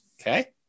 okay